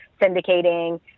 syndicating